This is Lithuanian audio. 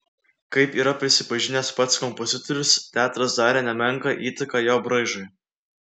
kaip yra prisipažinęs pats kompozitorius teatras darė nemenką įtaką jo braižui